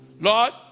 Lord